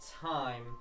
time